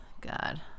God